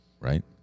right